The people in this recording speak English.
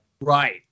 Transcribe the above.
right